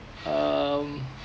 um